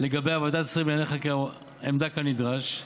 לגביה ועדת שרים לענייני חקיקה עמדה כנדרש,